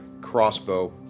crossbow